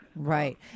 Right